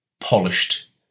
polished